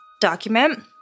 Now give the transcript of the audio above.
Document